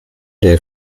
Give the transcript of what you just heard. der